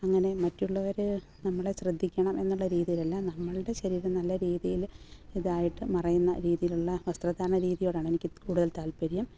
അങ്ങനെ മറ്റുള്ളവർ നമ്മളെ ശ്രദ്ധിക്കണം എന്നുള്ള രീതിയിലല്ല നമ്മളുടെ ശരീരം നല്ല രീതിയിൽ ഇതായിട്ട് മറയുന്ന രീതിയിലുള്ള വസ്ത്രധാരണ രീതിയോടാണ് എനിക്ക് കൂടുതൽ താല്പര്യം